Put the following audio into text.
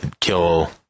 kill